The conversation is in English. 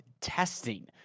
testing